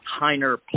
Heiner